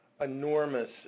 enormous